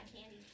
candy